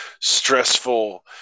stressful